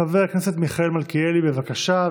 חבר הכנסת מיכאל מלכיאלי, בבקשה.